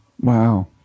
wow